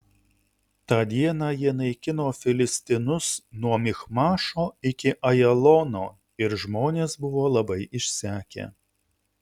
tą dieną jie naikino filistinus nuo michmašo iki ajalono ir žmonės buvo labai išsekę